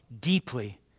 deeply